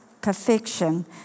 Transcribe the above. perfection